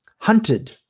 Hunted